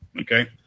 okay